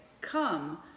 Come